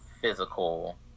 physical